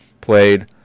played